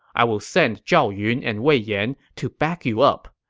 i will send zhao yun and wei yan to back you up.